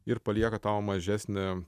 ir palieka tau mažesnį